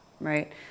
right